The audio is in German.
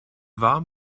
warm